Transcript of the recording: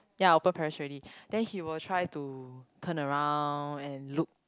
ya open parachute already then he will try to turn around and look